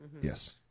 Yes